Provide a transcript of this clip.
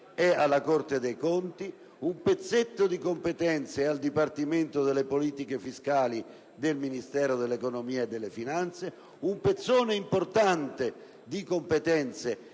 è della Corte dei conti, un'altra è del Dipartimento delle politiche fiscali del Ministero dell'economia e delle finanze, un pezzo importante di competenze